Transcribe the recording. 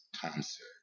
concert